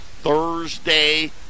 Thursday